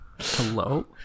Hello